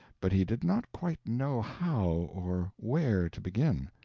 but he did not quite know how or where to begin.